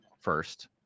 first